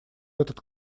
этот